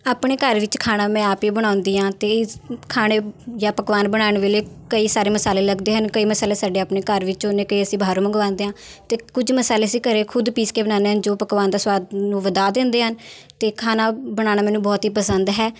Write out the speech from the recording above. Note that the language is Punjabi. ਆਪਣੇ ਘਰ ਵਿੱਚ ਖਾਣਾ ਮੈਂ ਆਪ ਹੀ ਬਣਾਉਂਦੀ ਹਾਂ ਅਤੇ ਖਾਣੇ ਜਾਂ ਪਕਵਾਨ ਬਣਾਉਣ ਵੇਲੇ ਕਈ ਸਾਰੇ ਮਸਾਲੇ ਲੱਗਦੇ ਹਨ ਕਈ ਮਸਾਲੇ ਸਾਡੇ ਆਪਣੇ ਘਰ ਵਿੱਚ ਹੁੰਦੇ ਕਈ ਅਸੀਂ ਬਾਹਰੋਂ ਮੰਗਵਾਉਂਦੇ ਹਾਂ ਅਤੇ ਕੁਝ ਮਸਾਲੇ ਅਸੀਂ ਘਰ ਖੁਦ ਪੀਸ ਕੇ ਬਣਾਉਨੇ ਹਾਂ ਜੋ ਪਕਵਾਨ ਦਾ ਸਵਾਦ ਨੂੰ ਵਧਾ ਦਿੰਦੇ ਹਨ ਅਤੇ ਖਾਣਾ ਬਣਾਉਣਾ ਮੈਨੂੰ ਬਹੁਤ ਹੀ ਪਸੰਦ ਹੈ